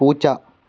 പൂച്ച